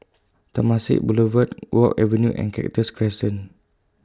Temasek Boulevard Guok Avenue and Cactus Crescent